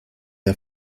der